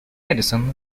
edison